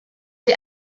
the